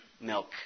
milk